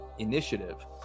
Initiative